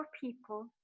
people